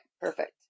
perfect